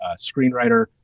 screenwriter